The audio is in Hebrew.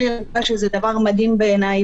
שזה דבר מדהים בעיניי,